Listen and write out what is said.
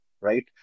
right